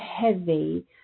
heavy